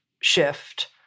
shift